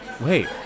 Wait